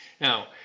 Now